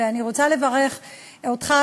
ואני רוצה לברך אותך,